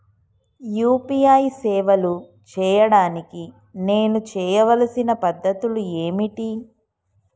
UPI సేవలు చేయడానికి నేను చేయవలసిన పద్ధతులు ఏమిటి?